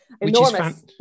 Enormous